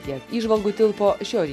tiek įžvalgų tilpo šioj